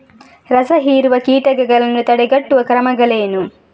ರಸಹೀರುವ ಕೀಟಗಳನ್ನು ತಡೆಗಟ್ಟುವ ಕ್ರಮಗಳೇನು?